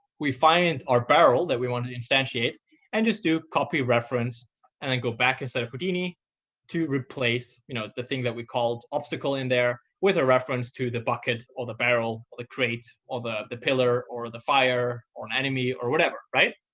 we find our barrel that we want to instantiate and just do copy reference and then go back inside of houdini to replace you know the thing that we called obstacle in there with a reference to the bucket or the barrel or the crate or the the pillar or the fire or an enemy or whatever, right?